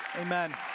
Amen